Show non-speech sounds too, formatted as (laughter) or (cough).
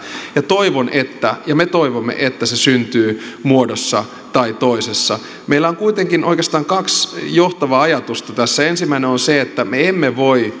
ja toivon ja me toivomme että se syntyy muodossa tai toisessa meillä on kuitenkin oikeastaan kaksi johtavaa ajatusta tässä ensimmäinen on se että me emme voi (unintelligible)